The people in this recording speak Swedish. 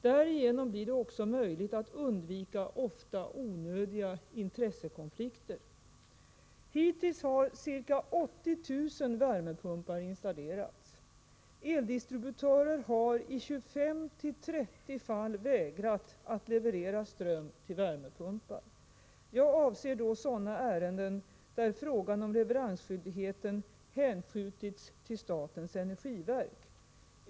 Därigenom blir det också möjligt att undvika, ofta onödiga, intressekonflikter. Hittills har ca 80 000 värmepumpar installerats. Eldistributörer har i 25 till 30 fall vägrat att leverera ström till värmepumpar. Jag avser då sådana ärenden där frågan om leveransskyldigheten hänskjutits till statens energiverk.